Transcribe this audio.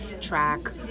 track